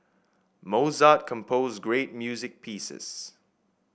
Mozart composed great music pieces